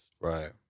Right